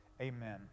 Amen